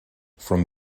from